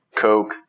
coke